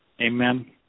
Amen